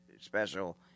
special